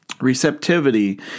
Receptivity